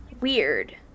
weird